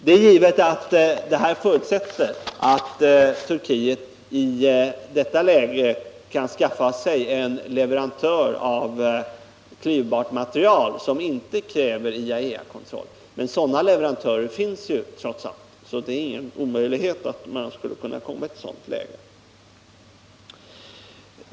Ett sådant uppträdande förutsätter givetvis att Turkiet i det läget kan skaffa sig en leverantör av klyvbart material som inte kräver IAEA kontroll, men sådana leverantörer finns ju trots allt. Det är alltså ingen omöjlighet att ett dylikt läge skulle kunna uppstå.